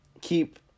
keep